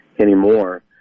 anymore